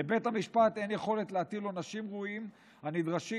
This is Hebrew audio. לבית המשפט אין יכולת להטיל עונשים ראויים נדרשים.